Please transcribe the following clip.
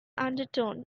undertone